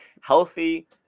Healthy